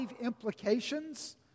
implications